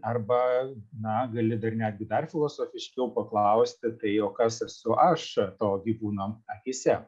arba na gali dar netgi dar filosofiškiau paklausti tai o kas esu aš to gyvūnoakyse